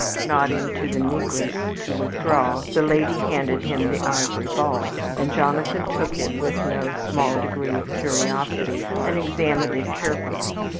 nodding to the negress to withdraw, the lady handed him the ivory ball, and jonathan took it with no small degree of curiosity and examined it carefully.